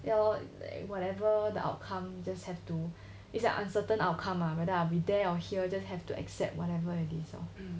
ya lor whatever the outcome you just have to it's an uncertain outcome about whether I'll be there or here you just have to accept whatever it is lor